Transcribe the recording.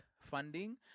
funding